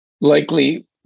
likely